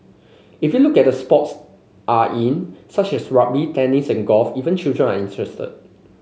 if you look at the sports are in such as rugby tennis and golf even children are interested